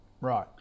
right